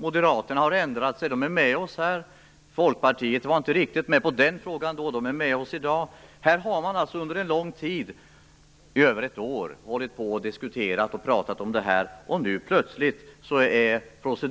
Moderaterna har ändrat sig och är med oss. Folkpartiet var inte riktigt med oss i den frågan då, men de är med oss i dag. Under lång tid, i över ett år, har man pratat om det här, och nu är vi helt plötsligt